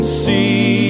see